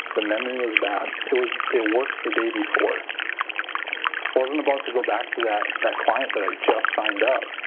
the memory was bad, it was it worked the day before wasn't about to go back to that that client that i just signed up